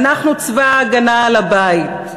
ואנחנו צבא ההגנה על הבית.